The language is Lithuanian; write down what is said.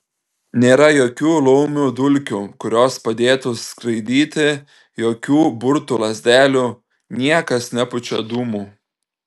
nėra jokių laumių dulkių kurios padėtų skraidyti jokių burtų lazdelių niekas nepučia dūmų